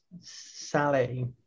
Sally